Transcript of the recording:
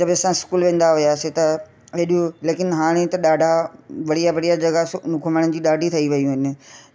जब असां इस्कूल वेंदा हुआसीं त एॾियूं लेकिन हाणे त ॾाढा बढ़िया बढ़िया जॻह घुमण जी ॾाढी ठई वियूं आहिनि